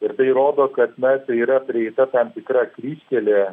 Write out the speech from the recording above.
ir tai rodo kad na tai yra prieita tam tikra kryžkelė